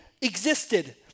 existed